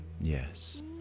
yes